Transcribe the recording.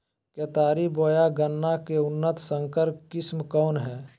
केतारी बोया गन्ना के उन्नत संकर किस्म कौन है?